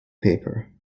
paper